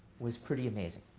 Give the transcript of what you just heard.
was pretty amazing,